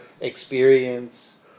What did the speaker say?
experience